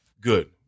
Good